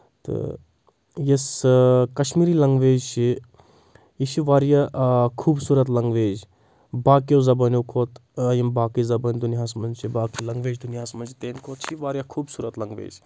تہٕ یۄس کشمیٖری لنٛگویج چھِ یہِ چھِ واریاہ آ خوٗبصوٗرَت لنٛگویج باقیو زَبٲنیو کھۄتہٕ یِم باقٕے زَبٲنۍ دُنیاہَس منٛز چھِ باقٕے لنٛگویج دُنیاہَس منٛز چھِ تمہِ کھۄتہٕ چھِ یہِ واریاہ خوٗبصوٗرت لَنٛگویج